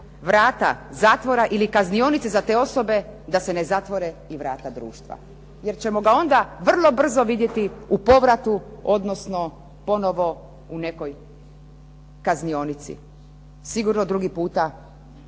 vrata zatvora ili kaznionice za te osobe da se ne zatvore i vrata društva, jer ćemo ga onda vrlo brzo vidjeti u povratu, odnosno ponovo u nekoj kaznionici, sigurno drugi puta